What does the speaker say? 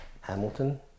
Hamilton